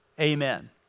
amen